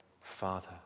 Father